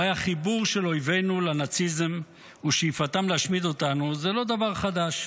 הרי החיבור של אויבינו לנאציזם ושאיפתם להשמיד אותנו זה לא דבר חדש.